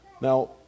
Now